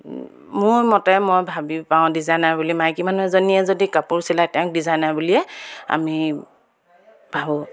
মোৰ মতে মই ভাবি পাওঁ ডিজাইনাৰ বুলি মাইকী মানুহ এজনীয়ে যদি কাপোৰ চিলাই তেওঁক ডিজাইনাৰ বুলিয়ে আমি ভাবোঁ